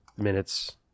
minutes